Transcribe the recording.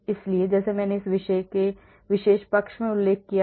इसलिए जैसे मैंने इस विशेष पक्ष में उल्लेख किया है इसलिए वे 0 हैं